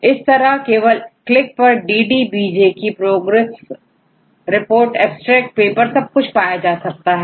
इस तरह केवल क्लिक करDDBJ की प्रोग्रेस रिपोर्ट एब्स्ट्रेक्ट पेपर सब कुछ पाया जा सकता है